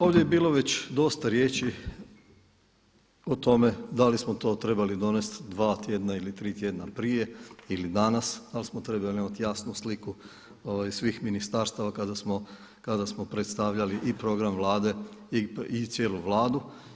Ovdje je bilo već dosta riječi o tome da li smo to trebali dva tjedna ili tri tjedna prije ili danas, ali smo trebali imati jasnu sliku svih ministarstava kada smo predstavljali i program Vlade i cijelu Vladu.